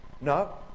No